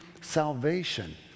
salvation